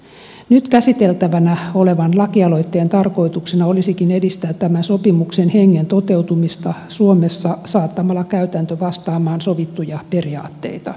nyt käsiteltävänä olevan lakialoitteen tarkoituksena olisikin edistää tämän sopimuksen hengen toteutumista suomessa saattamalla käytäntö vastaamaan sovittuja periaatteita